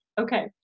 okay